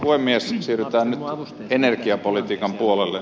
siirrytään nyt energiapolitiikan puolelle